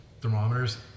Thermometers